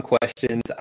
questions